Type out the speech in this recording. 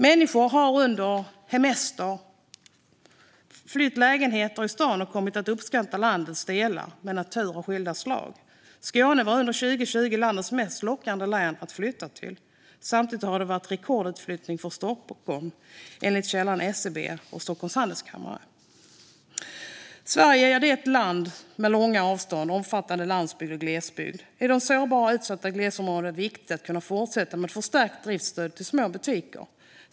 Människor har under hemester flytt lägenheter i stan och kommit att uppskatta landets delar med natur av skilda slag. Skåne var under 2020 landets mest lockande län att flytta till, samtidigt som det har varit rekordutflyttning från Stockholm, enligt källorna SCB och Stockholms Handelskammare. Sverige är ett land med långa avstånd och omfattande landsbygd och glesbygd. I de sårbara och utsatta glesbygdsområdena är det viktigt att kunna fortsätta med förstärkt driftsstöd till små butiker.